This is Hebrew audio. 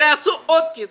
שיעשו עוד קיצוץ,